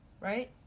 Right